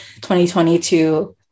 2022